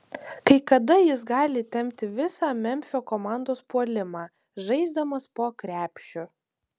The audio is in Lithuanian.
kai kada jis gali tempti visą memfio komandos puolimą žaisdamas po krepšiu